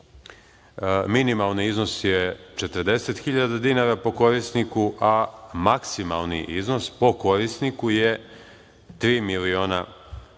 Minimalni iznos je 40.000 dinara po korisniku, a maksimalni iznos po korisniku je tri miliona dinara.